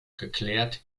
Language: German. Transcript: geklärt